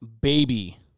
baby